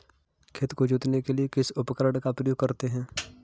खेत को जोतने के लिए किस उपकरण का उपयोग करते हैं?